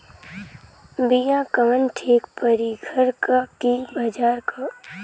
बिया कवन ठीक परी घरे क की बजारे क?